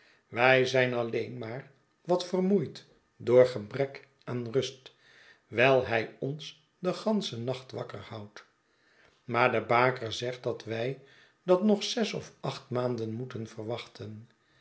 wij zijn alleen maar wat vermoeid door gebrek aan rust wijl hij ons den ganschen nacht wakker houdt maar de baker zegt dat wij dat nog zes of acht maanden moeten verwachten